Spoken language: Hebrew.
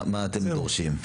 מה אתם דורשים?